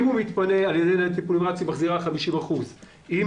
אם הוא מתפנה על ידי ניידת טיפול נמרץ הקופה מחזירה 50%. אם